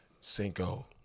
Cinco